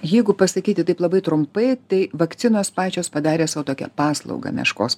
jeigu pasakyti taip labai trumpai tai vakcinos pačios padarė sau tokią paslaugą meškos